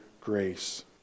grace